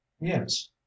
yes